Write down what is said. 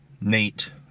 Nate